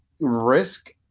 risk